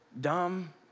dumb